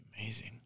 amazing